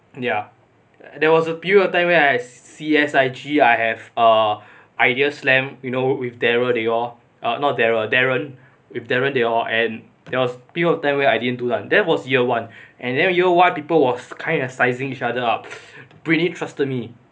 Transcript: ya there was a period of time where I C_S_I_G I have err ideas slam you know with daryl they all uh not daryl darren with darren they all and there was a period of time where I didn't do that there was year one and then year one people were kind of sizing each other up britney trusted me